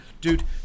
Dude